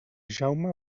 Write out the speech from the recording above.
jaume